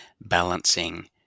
balancing